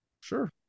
Sure